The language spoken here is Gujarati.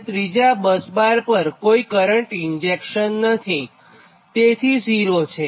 હવેત્રીજા બસબાર પર કોઇ કરંટ ઇન્જેક્શન નથીતેથી 0 છે